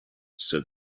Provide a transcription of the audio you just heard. said